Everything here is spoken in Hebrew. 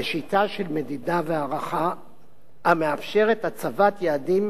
בשיטה של מדידה והערכה המאפשרת הצבת יעדים